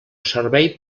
servei